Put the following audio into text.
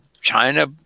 China –